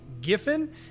Giffen